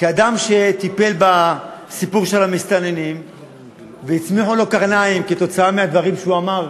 כאדם שטיפל בסיפור של המסתננים והצמיחו לו קרניים בגלל הדברים שהוא אמר,